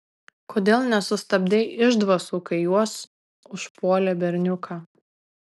kodėl nesustabdei išdvasų kai jos užpuolė berniuką